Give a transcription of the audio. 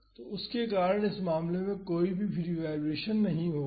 तो उसके कारण इस मामले में कोई भी फ्री वाईब्रेशन नहीं होगा